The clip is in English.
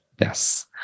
yes